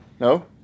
No